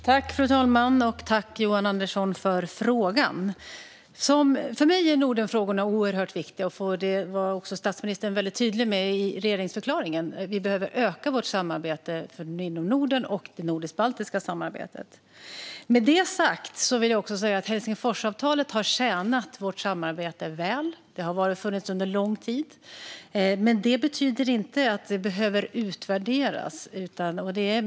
Fru talman! Tack för frågan, Johan Andersson! För mig är Nordenfrågorna oerhört viktiga. Statsministern var även tydlig i regeringsförklaringen med att vi behöver öka samarbetet inom Norden och det nordisk-baltiska samarbetet. Helsingforsavtalet har tjänat vårt samarbete väl. Det har funnits under lång tid. Men det betyder inte att det behöver utvärderas.